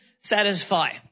satisfy